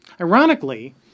Ironically